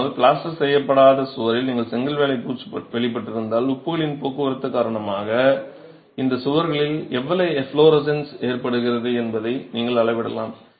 ஆனால் பிளாஸ்டர் செய்யப்படாத சுவரில் நீங்கள் செங்கல் வேலைப் பூச்சு வெளிப்பட்டிருந்தால் உப்புகளின் போக்குவரத்து காரணமாக இந்த சுவர்களில் எவ்வளவு எஃப்லோரசன்ஸ் ஏற்படுகிறது என்பதை நீங்கள் அளவிடலாம்